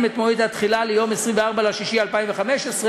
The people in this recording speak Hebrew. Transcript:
את מועד התחילה ליום 24 ביוני 2015,